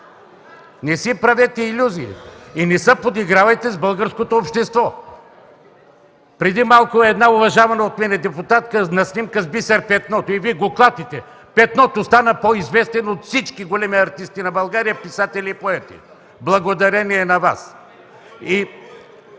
Не си правете илюзии и не се подигравайте с българското общество! Преди малко видях една уважавана от мен депутатка на снимка с Бисер Петното. И Вие го клатите. Петното стана по-известен от всички големи артисти, писатели и поети на България, благодарение на Вас.